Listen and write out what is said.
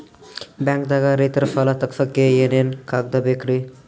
ಬ್ಯಾಂಕ್ದಾಗ ರೈತರ ಸಾಲ ತಗ್ಸಕ್ಕೆ ಏನೇನ್ ಕಾಗ್ದ ಬೇಕ್ರಿ?